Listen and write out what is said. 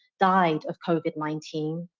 died of covid nineteen.